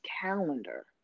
calendar